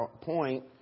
point